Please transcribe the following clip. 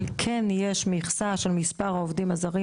אבל כן יש מכסה של מספר העובדים הזרים